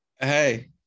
Hey